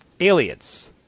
Aliens